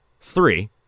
three